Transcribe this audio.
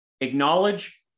Acknowledge